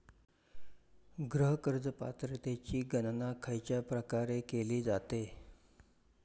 गृह कर्ज पात्रतेची गणना खयच्या प्रकारे केली जाते?